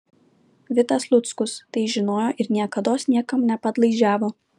vitas luckus tai žinojo ir niekados niekam nepadlaižiavo